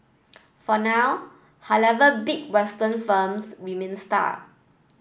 for now however big Western firms remain stuck